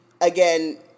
again